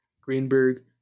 Greenberg